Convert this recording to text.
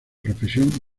profesión